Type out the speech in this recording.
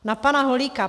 Na pana Holíka.